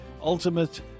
Ultimate